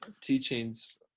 teachings